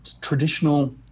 traditional